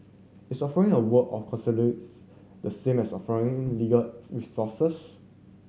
is offering a word of the same as offering legal resources